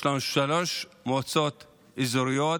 יש לנו שלוש מועצות אזוריות,